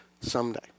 someday